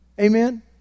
Amen